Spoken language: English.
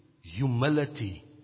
humility